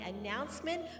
announcement